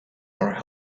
are